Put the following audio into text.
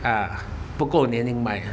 啊不够年龄买